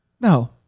No